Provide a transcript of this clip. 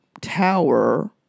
tower